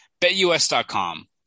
BetUS.com